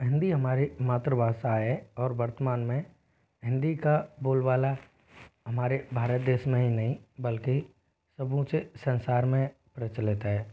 हिंदी हमारी मातृभाषा है और वर्तमान में हिंदी का बोलबाला हमारे भारत देश में ही नहीं बल्कि समूचे संसार में प्रचलित है